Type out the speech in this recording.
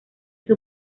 sus